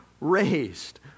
raised